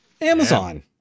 amazon